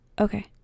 Okay